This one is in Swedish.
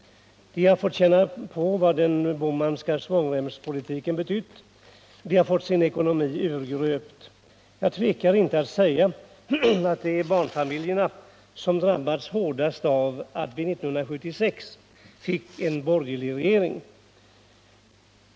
De har fått känna på vad den Bohmanska svångremspolitiken betytt. De har fått sin ekonomi urgröpt. Jag tvekar inte att säga att det är barnfamiljerna som drabbats hårdast av att vi 1976 fick en borgerlig regering.